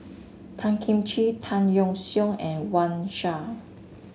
Tan Kim Ching Tan Yeok Seong and Wang Sha